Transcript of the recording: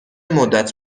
مدت